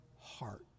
heart